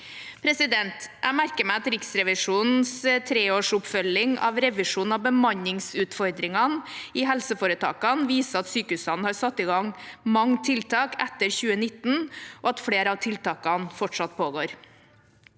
medlemmer. Jeg merker meg at Riksrevisjonens treårsoppfølging av revisjonen av bemanningsutfordringene i helseforetakene viser at sykehusene har satt i gang mange tiltak etter 2019, og at flere av tiltakene fortsatt pågår.